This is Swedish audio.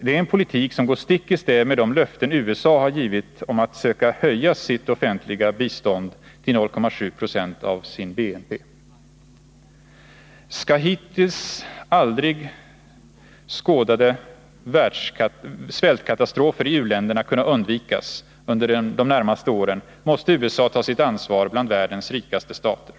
Det är en politik som går stick i stäv mot de löften som USA givit om att söka höja sitt offentliga bistånd till 0,7 90 av sin BNP. Skall hittills aldrig skådade svältkatastrofer i u-länderna kunna undvikas under de närmaste åren måste USA ta sitt ansvar bland världens rikaste stater.